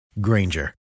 Granger